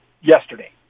yesterday